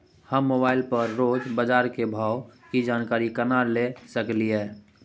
हम मोबाइल पर रोज बाजार के भाव की जानकारी केना ले सकलियै?